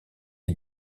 est